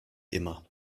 immer